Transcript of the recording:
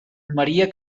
maria